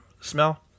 smell